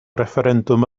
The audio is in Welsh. refferendwm